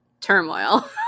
turmoil